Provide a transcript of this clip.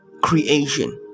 creation